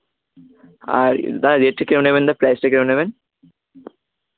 আর দাদা রেটটা কেমন নেবেন প্রাইসটা কেমন নেবেন